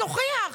תוכיח.